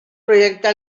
projecta